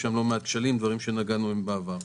יש שם לא מעט קשיים וכבר נגענו בזה בעבר.